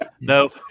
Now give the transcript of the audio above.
no